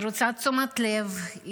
היא רוצה תשומת לב,